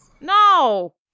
No